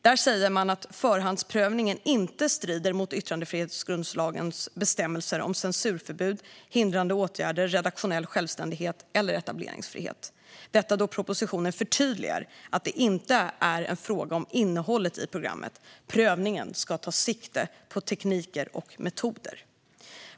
Man säger att förhandsprövningen inte strider mot yttrandefrihetsgrundlagens bestämmelser om censurförbud, hindrande åtgärder, redaktionell självständighet eller etableringsfrihet då propositionen förtydligar att det inte är en fråga om innehållet i programmen utan att prövningen ska ta sikte på nya tekniker och metoder.